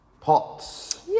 pots